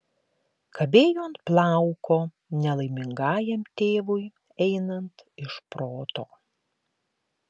kabėjo ant plauko nelaimingajam tėvui einant iš proto